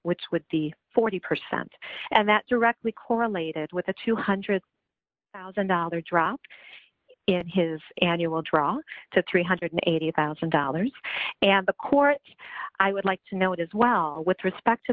which with the forty percent and that directly correlated with a two hundred thousand dollars drop in his annual draw to three hundred and eighty thousand dollars and the court i would like to note as well with respect to